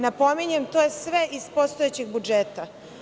Napominjem, to je sve iz postojećeg budžeta.